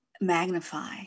magnify